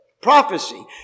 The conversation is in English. Prophecy